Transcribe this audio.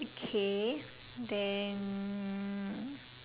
okay then